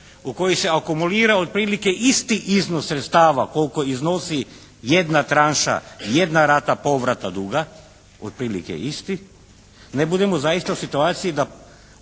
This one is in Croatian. u koji se akumulira otprilike isti iznos sredstava koliko iznosi jedna tranša, jedna rata povrata duga od prilike isti, ne budemo zaista u situaciji da